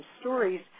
stories